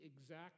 exact